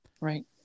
Right